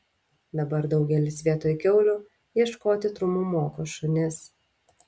dabar daugelis vietoj kiaulių ieškoti trumų moko šunis